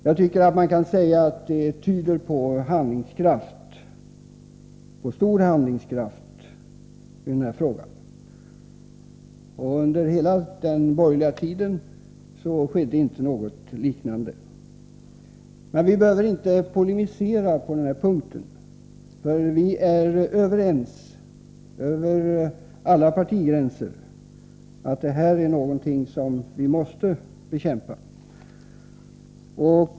Jag tycker att man kan säga att det tyder på stor handlingskraft i den här frågan. Under hela den borgerliga tiden skedde inget liknande. Men vi behöver inte polemisera på den här punkten, för vi är överens över alla partigränser om att narkotikan är någonting som måste bekämpas.